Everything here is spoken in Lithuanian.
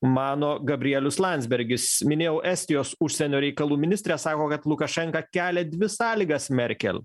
mano gabrielius landsbergis minėjau estijos užsienio reikalų ministrė sako kad lukašenka kelia dvi sąlygas merkel